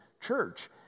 church